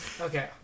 Okay